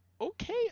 okay